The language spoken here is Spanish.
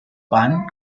pan